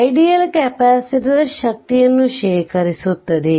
ideal capacitor ಶಕ್ತಿಯನ್ನು ಶೇಖರಿಸುತ್ತದೆ